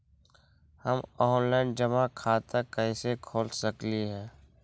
हम ऑनलाइन जमा खाता कईसे खोल सकली ह?